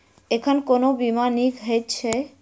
एखन कोना बीमा नीक हएत छै?